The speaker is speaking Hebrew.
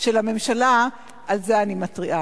של הממשלה, על זה אני מתריעה.